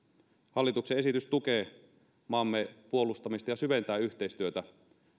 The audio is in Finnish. hallituksen esitys tukee maamme puolustamista ja syventää yhteistyötä